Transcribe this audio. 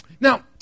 Now